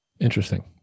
Interesting